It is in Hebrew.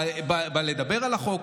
בא לדבר על החוק.